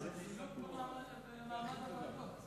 זה זילות במעמד הוועדות.